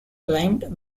climbed